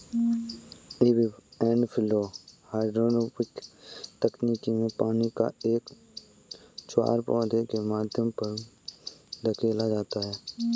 ebb and flow hydroponic तकनीक में पानी का एक ज्वार पौधे के माध्यम पर धकेला जाता है